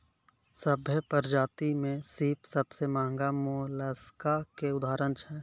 सभ्भे परजाति में सिप सबसें महगा मोलसका के उदाहरण छै